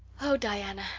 oh, diana,